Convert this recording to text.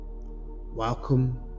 welcome